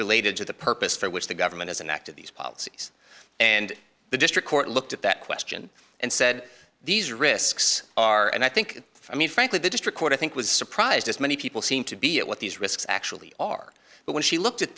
related to the purpose for which the government as an act of these policies and the district court looked at that question and said these risks are and i think i mean frankly the district court i think was surprised as many people seem to be at what these risks actually are but when she looked at